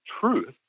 truth